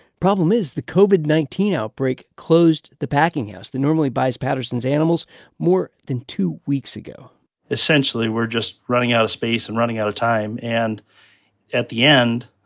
problem is, the covid nineteen outbreak closed the packing house that normally buys patterson's animals more than two weeks ago essentially, we're just running out of space and running out of time. and at the end,